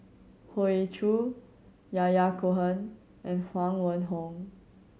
Hoey Choo Yahya Cohen and Huang Wenhong